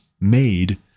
made